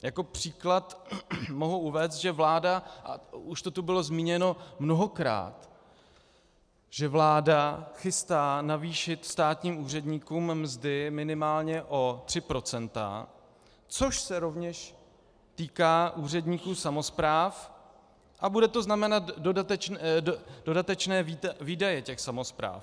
Jako příklad mohu uvést, že vláda, a už to tu bylo zmíněno mnohokrát, vláda chystá navýšit státním úředníkům mzdy minimálně o tři procenta, což se rovněž týká úředníků samospráv a bude to znamenat dodatečné výdaje samospráv.